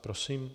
Prosím.